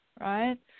right